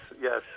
yes